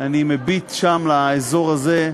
אני מביט לשם, לאזור הזה,